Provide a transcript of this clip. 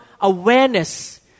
awareness